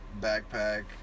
backpack